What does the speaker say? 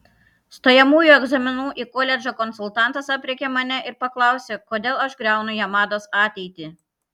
stojamųjų egzaminų į koledžą konsultantas aprėkė mane ir paklausė kodėl aš griaunu jamados ateitį